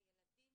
לילדים,